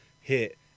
hit